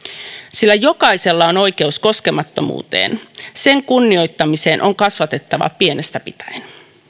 sillä jokaisella on oikeus koskemattomuuteen sen kunnioittamiseen on kasvatettava pienestä pitäen